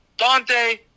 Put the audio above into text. Dante